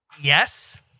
Yes